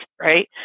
right